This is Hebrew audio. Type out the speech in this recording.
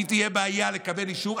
כי תהיה בעיה לקבל אישור.